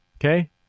Okay